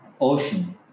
ocean